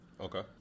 Okay